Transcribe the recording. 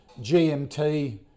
gmt